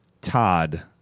Todd